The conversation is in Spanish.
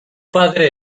padre